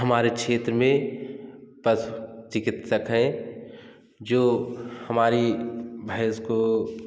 हमारे क्षेत्र में बस चिकित्सक है जो हमारी भैंस को